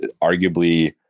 arguably